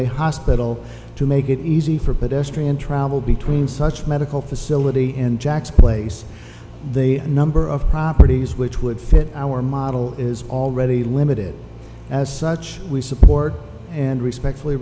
a hospital to make it easy for pedestrian travel between such medical facility and jack's place the number of properties which would fit our model is already limited as such we support and respectfully